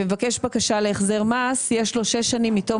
ומבקש בקשה להחזר מס יש לו שש שנים מתום